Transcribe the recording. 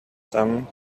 some